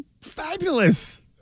fabulous